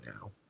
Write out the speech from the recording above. now